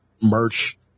Merch